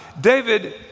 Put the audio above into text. David